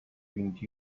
vint